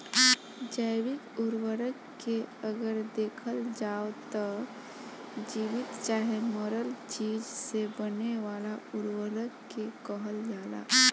जैविक उर्वरक के अगर देखल जाव त जीवित चाहे मरल चीज से बने वाला उर्वरक के कहल जाला